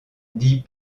dit